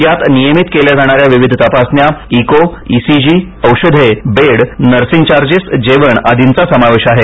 यात नियमित केल्या जाणाऱ्या विविध तपासण्या इको ईसीजी औषधे बेड नर्सिंग चार्जेस जेवण आदींचा समावेश आहे